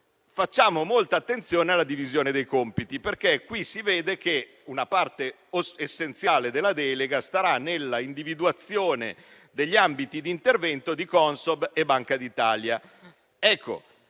facciamo molta attenzione alla divisione dei compiti. Qui si vede, infatti, che una parte essenziale della delega starà nella individuazione degli ambiti di intervento di Consob e Banca d'Italia.